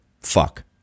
fuck